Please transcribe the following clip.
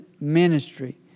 ministry